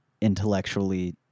intellectually